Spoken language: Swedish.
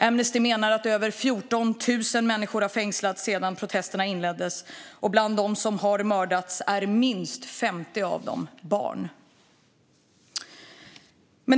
Amnesty menar att över 14 000 människor har fängslats sedan protesterna inleddes, och av dem som har mördats är minst 50 barn.